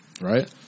Right